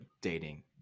dating